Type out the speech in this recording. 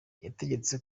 yategetse